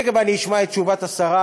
תכף אני אשמע את תשובת השרה,